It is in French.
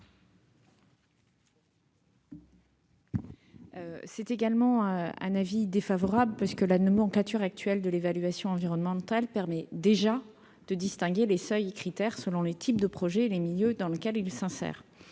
2019. Quel est l'avis du Gouvernement ? La nomenclature actuelle de l'évaluation environnementale permet déjà de distinguer les seuils et critères selon les types de projets et les milieux dans lesquels ils s'insèrent.